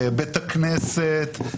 בית הכנסת,